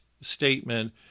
statement